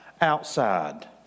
outside